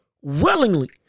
willingly